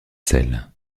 selle